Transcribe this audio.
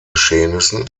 geschehnissen